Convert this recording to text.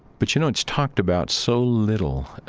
but you know, it's talked about so little,